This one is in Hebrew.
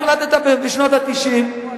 מה החלטת בשנות ה-90?